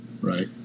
Right